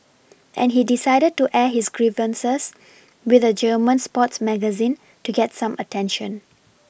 and he decided to air his grievances with a German sports magazine to get some attention